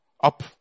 up